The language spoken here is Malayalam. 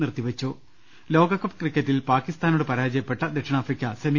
നിർത്തിവെച്ചു ലോകകപ്പ് ക്രിക്കറ്റിൽ പാകിസ്ഥാനോട് പരാജയപ്പെട്ട ദക്ഷിണാഫ്രിക്ക സെമി